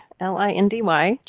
L-I-N-D-Y